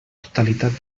totalitat